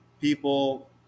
people